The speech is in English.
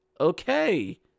Okay